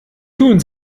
tun